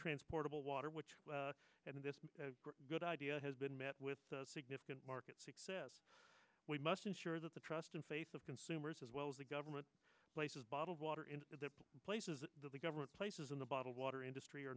transportable water which at this good idea has been met with the significant market success we must ensure that the trust and faith of consumers as well as the government places bottled water in the places that the government places in the bottled water industry